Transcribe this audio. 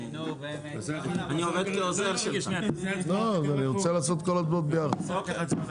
לא, אני רוצה לקיים את כל ההצבעות ביחד.